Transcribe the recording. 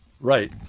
Right